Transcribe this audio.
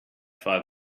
five